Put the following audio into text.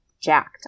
jacked